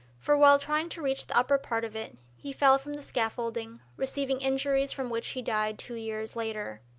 for, while trying to reach the upper part of it, he fell from the scaffolding, receiving injuries from which he died two years later.